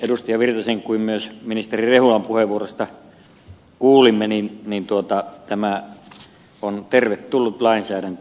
erkki virtasen kuin myös ministeri rehulan puheenvuoroista kuulimme niin tämä on tervetullut lainsäädäntö